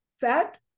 Fat